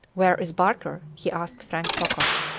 where is barker? he asked frank pocock.